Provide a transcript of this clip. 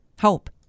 hope